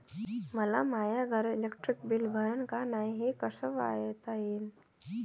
मले माया घरचं इलेक्ट्रिक बिल भरलं का नाय, हे कस पायता येईन?